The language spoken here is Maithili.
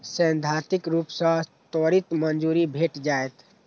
सैद्धांतिक रूप सं त्वरित मंजूरी भेट जायत